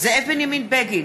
זאב בנימין בגין,